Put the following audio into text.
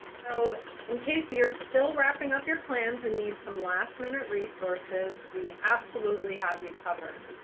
so in case you're still wrapping up your plans and need some last minute resources, we absolutely have you covered.